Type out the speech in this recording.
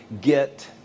get